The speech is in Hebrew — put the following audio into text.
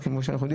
כמה אני יכול?"